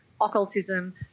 occultism